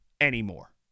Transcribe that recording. anymore